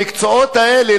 המקצועות האלה,